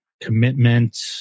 commitment